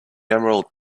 emerald